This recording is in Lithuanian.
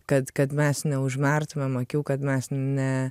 kad kad mes neužmerktumėm akių kad mes ne